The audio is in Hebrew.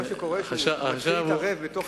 מה שקורה הוא שהוא מתחיל להתערב בענייני,